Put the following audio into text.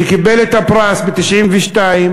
כשקיבל את הפרס ב-1992,